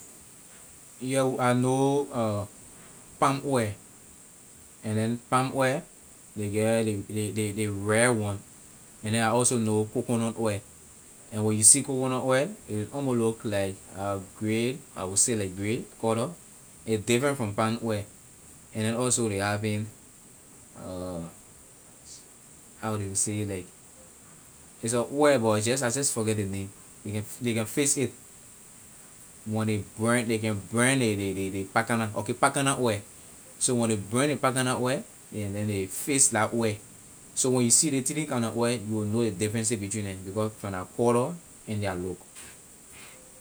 Yeah I know palm oil and then palm oil ley get ley ley red one and then I also know coconut oil and when you see coconut oil a almost look like gray I will say like gray color a different from palm oil and also ley having how ley say like it's a oil just that I just forget the name ley can ley can fix it when ley burn ley can burn ley ley palm kernel okay palm kernel oil so when ley burn ley palm kernel oil and then they fix la oil so when you see ley three kind na oil you will know the differences between them because from their color and their look.